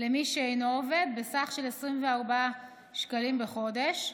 למי שאינו עובד, בסך של 24 שקלים בחודש,